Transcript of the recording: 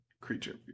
creature